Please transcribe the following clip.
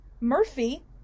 Murphy